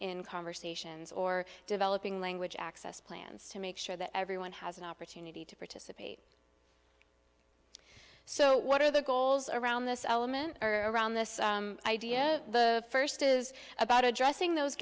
in conversations or developing language access plans to make sure that everyone has an opportunity to participate so what are the goals around this element around this idea the first is about addressing those